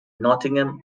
nottingham